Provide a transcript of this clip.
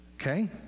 Okay